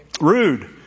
rude